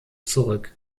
zurück